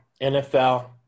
NFL